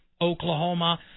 Oklahoma